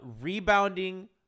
rebounding